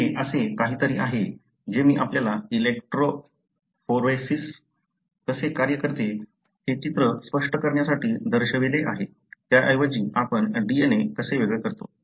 हे असे काहीतरी आहे जे मी आपल्याला इलेक्ट्रोफोरेसीस कसे कार्य करते हे चित्र स्पष्ट करण्यासाठी दर्शविले आहे त्याऐवजी आपण DNA कसे वेगळे करतो